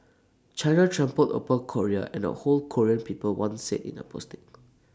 China trampled upon Korea and the whole Korean people one said in A posting